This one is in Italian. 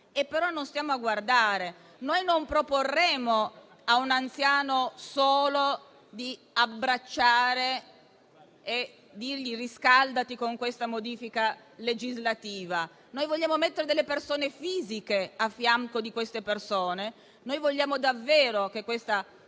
ma non stiamo a guardare. Noi non proporremo a un anziano solo di abbracciare e di riscaldarsi con questa modifica legislativa. Noi vogliamo mettere delle persone fisiche a fianco di tali persone. Noi vogliamo davvero che questa